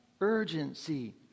urgency